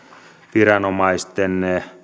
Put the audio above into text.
viranomaisten